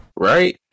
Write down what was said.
right